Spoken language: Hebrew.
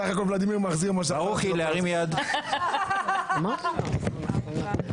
שישה בעד, לא?